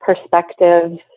perspectives